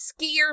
skier